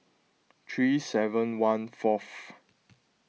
three seven one fourth